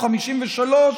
או ה-53,